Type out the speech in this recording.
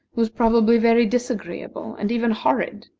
who was probably very disagreeable, and even horrid.